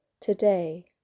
today